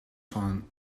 van